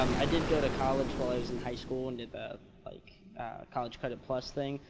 um i did go to college while i was in high school and did the like college credit plus thing,